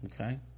okay